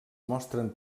mostren